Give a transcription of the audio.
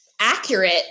accurate